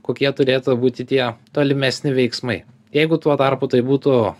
kokie turėtų būti tie tolimesni veiksmai jeigu tuo tarpu tai būtų